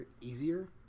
easier